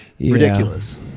Ridiculous